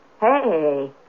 Hey